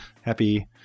happy